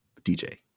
DJ